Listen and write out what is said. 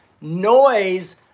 noise